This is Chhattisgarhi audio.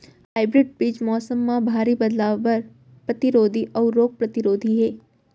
हाइब्रिड बीज मौसम मा भारी बदलाव बर परतिरोधी अऊ रोग परतिरोधी हे